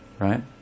Right